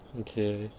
okay